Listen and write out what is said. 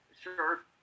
sure